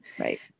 Right